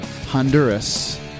Honduras